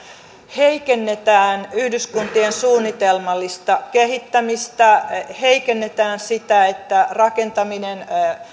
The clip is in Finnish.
heikennetään yhdyskuntien suunnitelmallista kehittämistä heikennetään sitä että rakentaminen